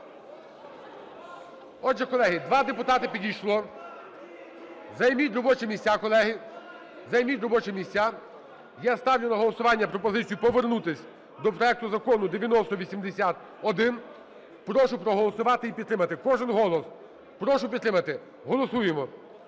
Отже, колеги, два депутати підійшло. Займіть робочі місця, колеги, займіть робочі місця. Я ставлю на голосування пропозицію повернутись до проекту Закону 9080-1. Прошу проголосувати і підтримати. Кожен голос. Прошу підтримати. Голосуємо.